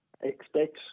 expect